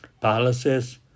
palaces